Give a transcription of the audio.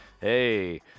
hey